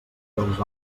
dels